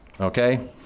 okay